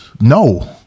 No